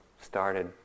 started